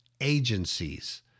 agencies